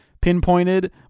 pinpointed